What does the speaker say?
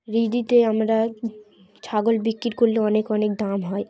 রিডিতে আমরা ছাগল বিক্রি করলে অনেক অনেক দাম হয়